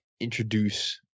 introduce